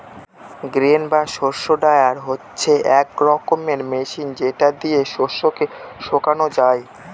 grain বা শস্য dryer হচ্ছে এক রকমের মেশিন যেটা দিয়ে শস্যকে শুকানো যায়